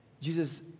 Jesus